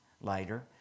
later